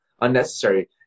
unnecessary